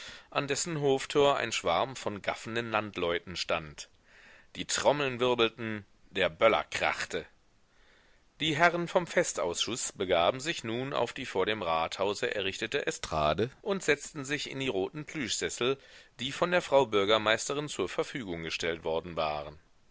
an dessen hoftor ein schwarm von gaffenden landleuten stand die trommeln wirbelten der böller krachte die herren vom festausschuß begaben sich nun auf die vor dem rathause errichtete estrade und setzten sich in die roten plüschsessel die von der frau bürgermeisterin zur verfügung gestellt worden waren